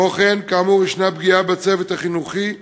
כמו כן, כאמור, ישנה פגיעה בצוות החינוכי,